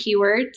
keywords